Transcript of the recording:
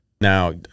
Now